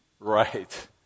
Right